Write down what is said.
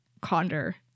Condor